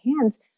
hands